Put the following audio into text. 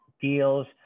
deals